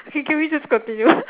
can can we just continue